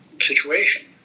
situation